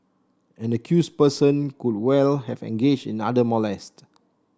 an accused person could well have engaged in other molest